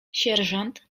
sierżant